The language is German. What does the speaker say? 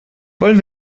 wollen